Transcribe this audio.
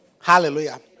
Hallelujah